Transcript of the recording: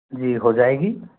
जी हो जाएगी